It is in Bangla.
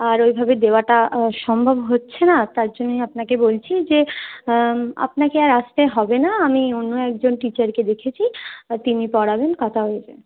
আর ওইভাবে দেওয়াটা সম্ভব হচ্ছে না তার জন্যই আপনাকে বলছি যে আপনাকে আর আসতে হবে না আমি অন্য একজন টিচারকে দেখেছি তিনি পড়াবেন কথা হয়েছে